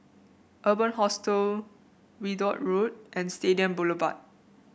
Urban Hostel Ridout Road and Stadium Boulevard